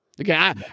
Okay